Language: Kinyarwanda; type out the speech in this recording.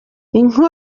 inkuru